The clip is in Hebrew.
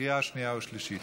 בקריאה שנייה ושלישית.